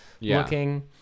looking